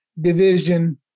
division